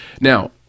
Now